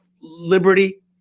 liberty